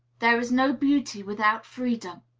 there is no beauty without freedom.